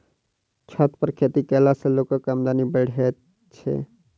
छत पर खेती कयला सॅ लोकक आमदनी बढ़ैत छै